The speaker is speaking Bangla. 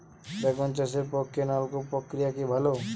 বেগুন চাষের পক্ষে নলকূপ প্রক্রিয়া কি ভালো?